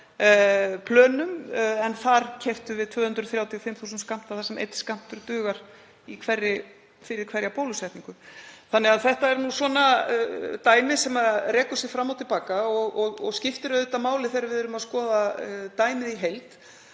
Þetta er nú svona dæmi sem rekur sig fram og til baka og það skiptir auðvitað máli þegar við erum að skoða dæmið í heild